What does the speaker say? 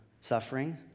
suffering